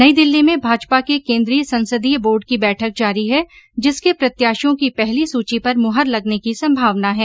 नई दिल्ली में भाजपा के केंद्रीय संसदीय बोर्ड की बैठक जारी है जिसके प्रत्याशियों की पहली सूची पर मुहर लगने की संभावना है